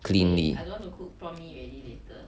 cook cleanly